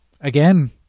again